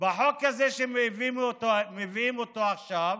בחוק הזה שמביאים אותו עכשיו,